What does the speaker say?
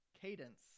Cadence